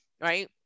right